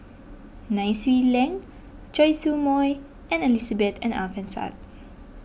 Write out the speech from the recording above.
Nai Swee Leng Choy Su Moi and Elizabeth and Alfian Sa'At